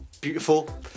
beautiful